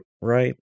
right